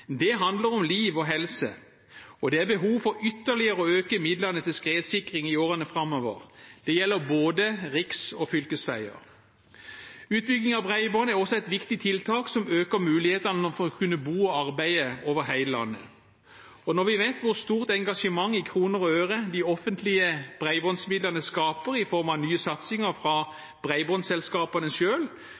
Det handler om liv og helse, og det er behov for ytterligere å øke midlene til skredsikring i årene framover. Det gjelder både riks- og fylkesveier. Utbygging av bredbånd er også et viktig tiltak som øker mulighetene for å kunne bo og arbeide over hele landet. Når vi vet hvor stort engasjement i kroner og øre de offentlige bredbåndsmidlene skaper, i form av nye satsinger fra